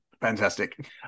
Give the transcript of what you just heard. fantastic